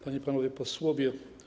Panie i Panowie Posłowie!